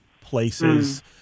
places